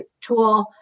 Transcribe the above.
tool